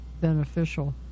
beneficial